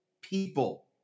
people